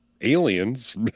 aliens